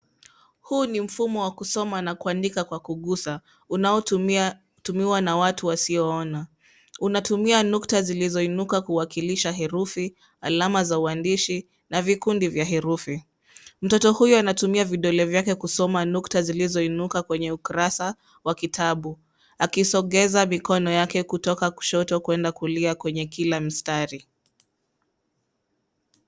Huu ni mfumo wa kusoma na kuandika kwa kugusa unaotumiwa na watu wasioona. Unatumia nukta zilizoinuka kuwakilisha herufi, alama za uandishi na vikundi vya herufi. Mtoto huyo anatumia vidole vyake kusoma nukta zilizoinuka kwenye ukurasa wa kitabu akisogeza mkono wake kutoka kishoto kuenda kulia kwenye kila mstari.